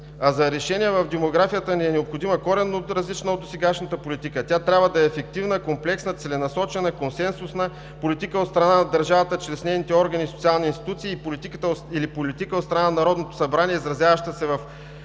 А за решение в демографията ни е необходима коренно различна от досегашната политика. Тя трябва да е ефективна, комплексна, целенасочена, консенсусна, политика от страна на държавата чрез нейните органи и социални институции, или политика от страна на Народното събрание, изразяваща се в адекватни